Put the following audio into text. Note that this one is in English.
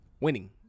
winning